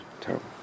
terrible